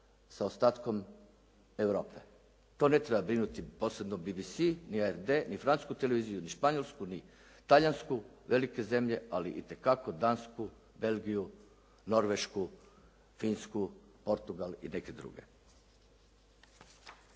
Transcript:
sa ostatkom Europe. To ne treba brinuti posebno BBC ni HRT ni Francusku televiziju ni Španjolsku ni Talijansku, velike zemlje ali itekako Dansku, Belgiju, Norvešku, Finsku, Portugal i neke druge.